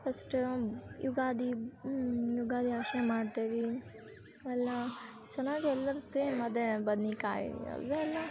first Ugadi Ugadi ಆಚರಣೆ ಮಾಡ್ತೇವೆ ಎಲ್ಲ ಚೆನ್ನಾಗಿ ಎಲ್ಲರೂ ಸೇಮ್ ಅದೇ ಬದ್ನಿಕಾಯಿ ಅವೇ ಎಲ್ಲ